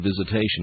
visitation